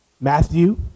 Matthew